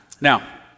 Now